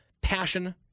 passion